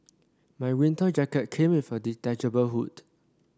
my winter jacket came with a detachable hood